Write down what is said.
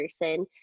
person